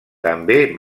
també